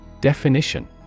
Definition